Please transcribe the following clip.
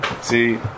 see